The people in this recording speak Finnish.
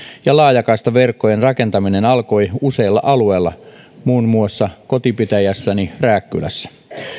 ja laajakaistaverkkojen rakentaminen alkoi useilla alueilla muun muassa kotipitäjässäni rääkkylässä